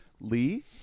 Lee